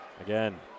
again